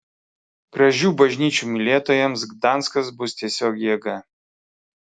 gražių bažnyčių mylėtojams gdanskas bus tiesiog jėga